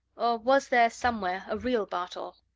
or was there, somewhere, a real bartol?